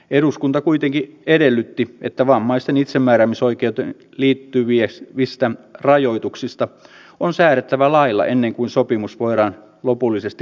eduskunta kuitenkin edellytti että vammaisten itsemääräämisoikeuteen liittyvistä rajoituksista on säädettävä lailla ennen kuin sopimus voidaan lopullisesti ratifioida